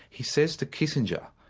he says to kissinger,